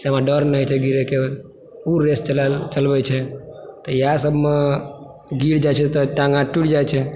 से हमरा डर नहि छी गिरयके ओ रेस चलबै छै इएह सब मे गिर जाइ छै तऽ टाँग हाथ टुटि जाइ छै